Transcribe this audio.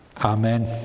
Amen